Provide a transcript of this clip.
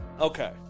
Okay